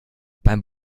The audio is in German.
beim